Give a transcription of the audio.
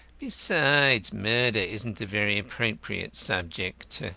besides, murder isn't a very appropriate subject.